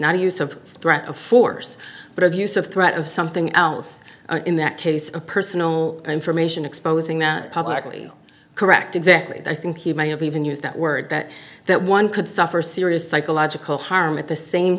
not use of threat of force but of use of threat of something else in that case a personal information exposing that publicly correct exactly i think he may have even used that word that that one could suffer serious psychological harm at the same